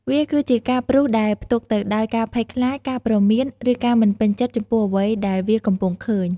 វាគឺជាការព្រុសដែលផ្ទុកទៅដោយការភ័យខ្លាច ការព្រមាន ឬការមិនពេញចិត្តចំពោះអ្វីដែលវាកំពុងឃើញ។